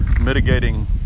mitigating